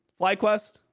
FlyQuest